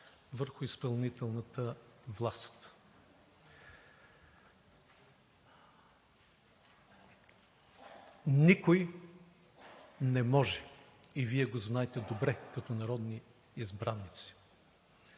върху изпълнителната власт. Никой не може, и Вие го знаете добре като народни избраници,